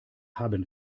haben